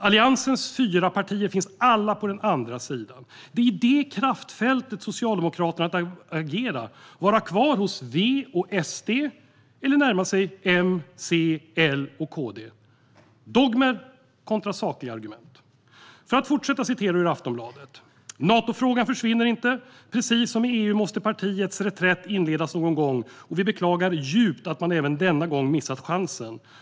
Alliansens fyra partier finns på den andra sidan. Det är i det kraftfältet som Socialdemokraterna har att agera: att vara kvar hos V och SD eller att närma sig M, C, L och KD. Det handlar om dogmer kontra sakliga argument. Jag fortsätter att citera ur Aftonbladet: "Nato-frågan försvinner inte. Precis som med EU måste partiets reträtt inledas någon gång, och vi beklagar djupt att man även denna gång missat chansen.